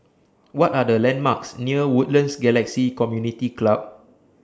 What Are The landmarks near Woodlands Galaxy Community Club